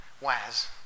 waz